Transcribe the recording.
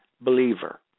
believer